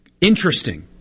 interesting